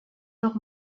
noch